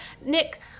Nick